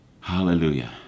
Hallelujah